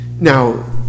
Now